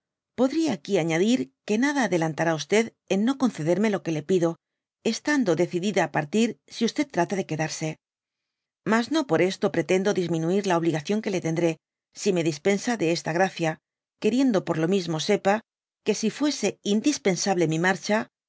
aqui añadir que nada adelantará e en no concederme lo que le pido estando decidida á partir si trata de quedarse mas no por esto pretendo disminuir la obligación que le tendré si me dispensa esta gracia queriendo por lo mismo sepa que si fuese indispensable mi marcha